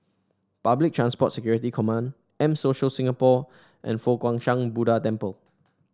Public Transport Security Command M Social Singapore and Fo Guang Shan Buddha Temple